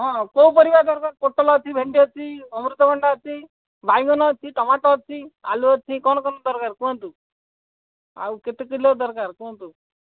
ହଁ କୋଉ ପରିବା ଦରକାର ପୋଟଳ ଅଛି ଭେଣ୍ଡି ଅଛି ଅମୃତଭଣ୍ଡା ଅଛି ବାଇଗଣ ଅଛି ଟମାଟୋ ଅଛି ଆଳୁ ଅଛି କଣ କଣ ଦରକାର କୁହନ୍ତୁ ଆଉ କେତେ କିଲୋ ଦରକାର କୁହନ୍ତୁ